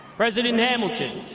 president hamilton,